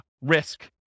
risk